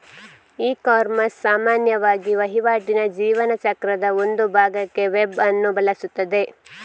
ecommerce ಸಾಮಾನ್ಯವಾಗಿ ವಹಿವಾಟಿನ ಜೀವನ ಚಕ್ರದ ಒಂದು ಭಾಗಕ್ಕೆ ವೆಬ್ ಅನ್ನು ಬಳಸುತ್ತದೆ